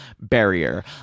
barrier